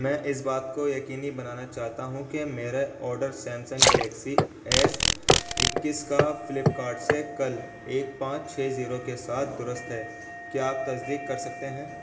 میں اس بات کو یقینی بنانا چاہتا ہوں کہ میرے آرڈر سیمسنگ گلیکسی ایس اکیس کا فلپ کارٹ سے کل ایک پانچ چھ زیرو کے ساتھ درست ہے کیا آپ تصدیق کر سکتے ہیں